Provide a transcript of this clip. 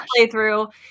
playthrough